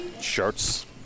shirts